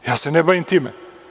Ja se ne bavim time.